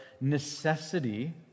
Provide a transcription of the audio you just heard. Necessity